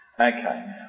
Okay